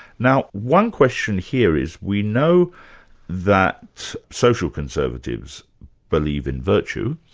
now one question here is, we know that social conservatives believe in virtue,